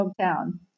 hometown